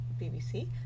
BBC